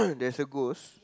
there's a ghost